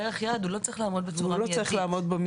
בערך היעד הוא לא צריך לעמוד בצורה מיידית.